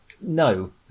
No